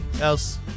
else